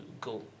go